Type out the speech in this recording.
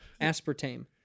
aspartame